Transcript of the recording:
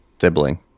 sibling